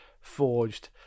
forged